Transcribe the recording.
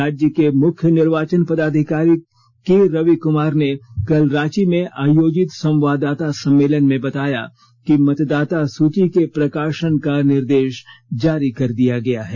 राज्य के मुख्य निर्वाचन पदाधिकारी के रवि कुमार ने कल रांची में आयोजित संवाददाता सम्मेलन में बताया कि मतदाता सूची के प्रकाशन का निर्देश जारी कर दिया गाय है